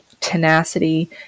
tenacity